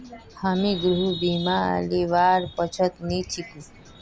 हामी गृहर बीमा लीबार पक्षत नी छिकु